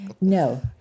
No